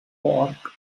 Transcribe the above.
pork